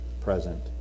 present